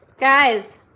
guys.